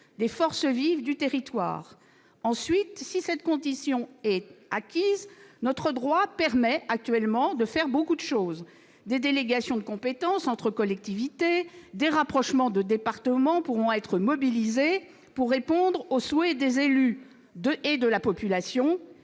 des forces vives du territoire. Si cette condition est remplie, notre droit permet de faire beaucoup de choses. Des délégations de compétences entre collectivités et des rapprochements de départements pourront être entrepris pour répondre aux souhaits des élus et de la population,